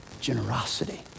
generosity